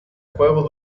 juegos